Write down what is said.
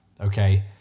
okay